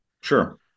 Sure